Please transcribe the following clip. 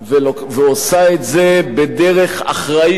ועושה את זה בדרך אחראית,